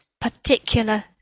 particular